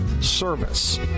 service